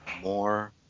more